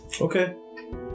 Okay